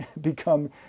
become